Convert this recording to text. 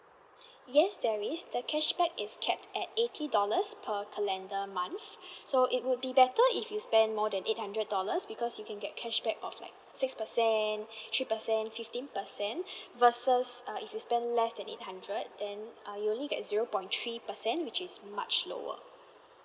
yes there is the cashback is capped at eighty dollars per calendar month so it would be better if you spend more than eight hundred dollars because you can get cashback of like six percent three percent fifteen percent versus uh if you spend less than eight hundred then uh you'll only get zero point three percent which is much lower